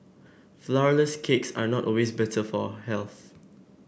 flourless cakes are not always better for health